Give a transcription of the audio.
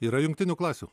yra jungtinių klasių